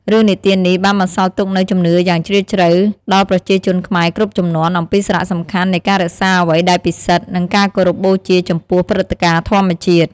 រឿងនិទាននេះបានបន្សល់ទុកនូវជំនឿយ៉ាងជ្រាលជ្រៅដល់ប្រជាជនខ្មែរគ្រប់ជំនាន់ អំពីសារៈសំខាន់នៃការរក្សាអ្វីដែលពិសិដ្ឋ និងការគោរពបូជាចំពោះព្រឹត្តិការណ៍ធម្មជាតិ។